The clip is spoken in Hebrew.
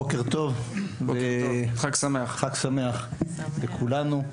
בוקר טוב וחג שמח לכולנו.